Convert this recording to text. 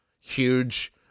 huge